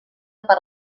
per